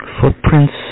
Footprints